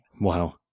Wow